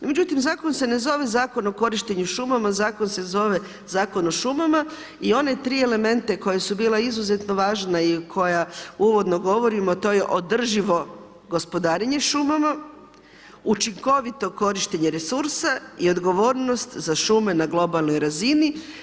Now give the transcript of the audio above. No, međutim, zakon se ne zove zakon o korištenju šumama, zakon se zove Zakon o šumama i one 3 elementa koja su bila izuzetno važna i koja uvodno govorimo, a to je održivo gospodarenje šumama, učinkovito korištenje resursa i odgovornost za šume na globalnoj razini.